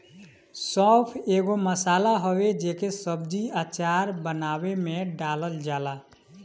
सौंफ एगो मसाला हवे जेके सब्जी, अचार बानवे में डालल जाला